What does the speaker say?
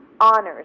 honors